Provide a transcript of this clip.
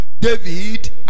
David